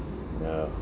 yeah